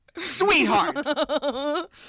sweetheart